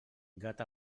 gat